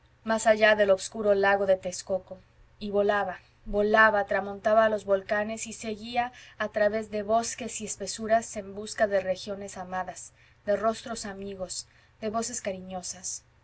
más allá del obscuro lago de texcoco y volaba volaba tramontaba los volcanes y seguía a través de bosques y espesuras en busca de regiones amadas de rostros amigos de voces cariñosas